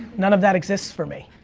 none of that exists for me,